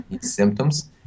symptoms